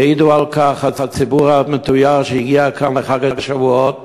יעיד על כך הציבור שהגיע לכאן לחג השבועות,